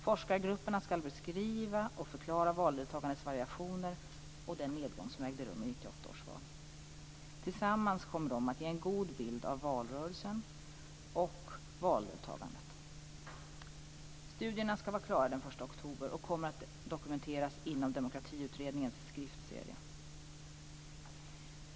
Forskargrupperna skall beskriva och förklara valdeltagandets variationer och den nedgång som ägde rum i 1998 års val. Tillsammans kommer de att ge en god bild av valrörelsen och valdeltagandet. Studierna skall vara klara den 1 oktober och kommer att dokumenteras inom Demokratiutredningens skriftserie.